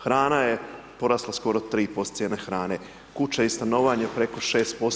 Hrana je porasla skoro 3% cijene hrane, kuća i stanovanje preko 6%